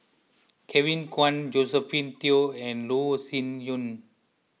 Kevin Kwan Josephine Teo and Loh Sin Yun